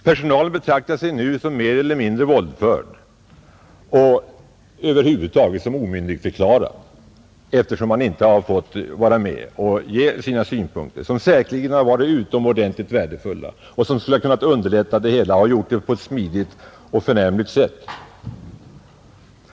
Personalen betraktar sig nu som mer eller mindre våldförd och över huvud taget som omyndigförklarad, eftersom man inte fått vara med och framföra sina synpunkter, som säkerligen hade varit utomordentligt värdefulla och som skulle ha kunnat underlätta det hela och fått saken att löpa på ett smidigt och förnämligt sätt.